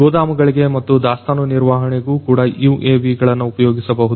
ಗೋದಾಮುಗಳಿಗೆ ಮತ್ತು ದಾಸ್ತಾನು ನಿರ್ವಹಣೆಗೂ ಕೂಡ UAV ಗಳನ್ನು ಉಪಯೋಗಿಸಬಹುದು